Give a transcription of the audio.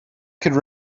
could